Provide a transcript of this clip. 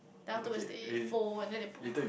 then afterwards they phone and then they put